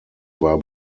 war